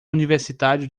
universitário